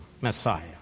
Messiah